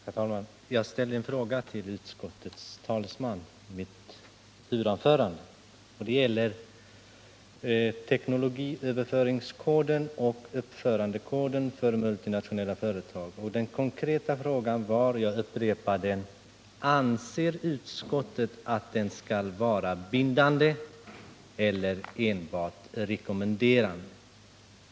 Herr talman! Jag ställde i mitt huvudanförande en fråga till utskottets talesman. Frågan gäller teknologiöverföringskoden och uppförandekoden för multinationella företag. Den konkreta frågan var — jag upprepar den: Anser utskottet att detta skall vara bindande eller enbart rekommenderande?